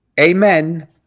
Amen